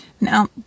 Now